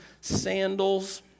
sandals